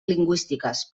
lingüístiques